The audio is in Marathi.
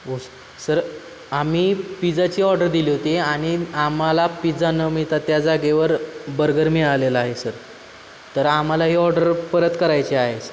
ओस् सर आम्ही पिझ्झाची ऑर्डर दिली होती आणि आम्हाला पिझ्झा न मिळत त्या जागेवर बर्गर मिळालेला आहे सर तर आम्हाला ही ऑर्डर परत करायची आहे सर